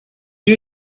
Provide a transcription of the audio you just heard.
you